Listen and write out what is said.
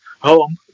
home